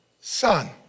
son